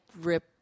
rip